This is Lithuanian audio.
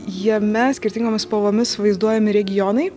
jame skirtingomis spalvomis vaizduojami regionai